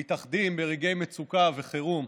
מתאחדים ברגעי מצוקה וחירום.